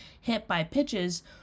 hit-by-pitches